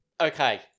Okay